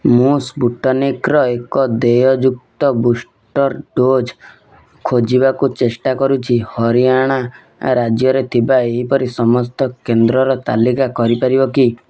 ମୁଁ ସ୍ପୁଟନିକ୍ର ଏକ ଦେୟଯୁକ୍ତ ବୁଷ୍ଟର୍ ଡୋଜ୍ ଖୋଜିବାକୁ ଚେଷ୍ଟା କରୁଛି ହରିୟାଣା ରାଜ୍ୟରେ ଥିବା ଏହିପରି ସମସ୍ତ କେନ୍ଦ୍ରର ତାଲିକା କରିପାରିବ କି